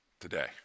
today